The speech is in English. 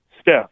Steph